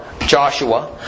Joshua